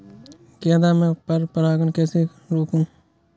गेंदा में पर परागन को कैसे रोकुं?